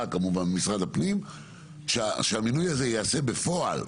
כמובן במשרד הפנים שהמינוי הזה ייעלה בפועל,